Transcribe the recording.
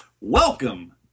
Welcome